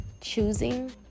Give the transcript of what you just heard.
choosing